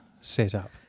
setup